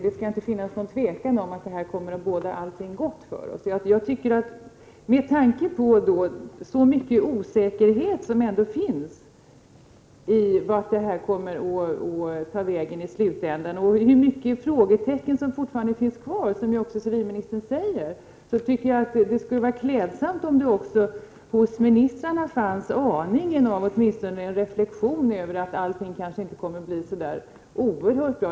Det skall inte råda något tvivel om att detta kommer att båda gott för oss. Med tanke på den osäkerhet som finns om var detta hamnar i slutändan och de frågetecken som fortfarande finns kvar, vilket civilministern också säger, tycker jag att det skulle vara klädsamt om det också hos ministrarna fanns aningen av en reflexion över att allt kanske inte kommer att bli så oerhört bra.